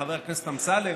חבר הכנסת אמסלם,